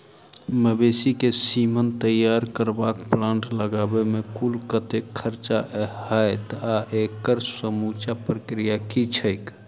मवेसी केँ सीमन तैयार करबाक प्लांट लगाबै मे कुल कतेक खर्चा हएत आ एकड़ समूचा प्रक्रिया की छैक?